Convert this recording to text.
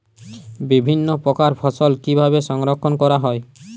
বিভিন্ন প্রকার ফল কিভাবে সংরক্ষণ করা হয়?